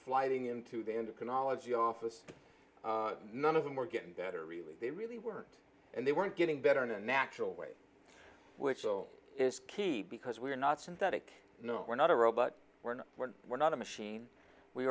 sliding into the into can all edgy office none of them were getting better really they really weren't and they weren't getting better in a natural way which is key because we're not synthetic no we're not a robot we're not we're not a machine we